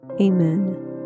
Amen